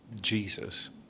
Jesus